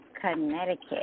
Connecticut